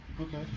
Okay